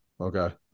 Okay